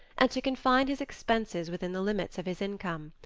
and to confine his expenses within the limits of his income.